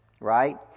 Right